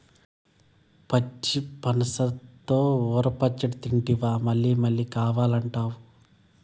పచ్చి పనసతో ఊర పచ్చడి తింటివా మల్లమల్లా కావాలంటావు